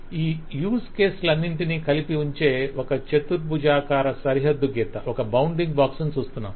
ఈ use case లన్నింటినీ కలిపి ఉంచే ఒక చతుర్బుజాకార సరిహద్దు గీతను చూస్తున్నాము